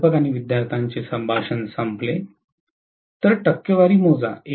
प्राध्यापक विद्यार्थ्यांचे संभाषण संपले तर टक्केवारी मोजा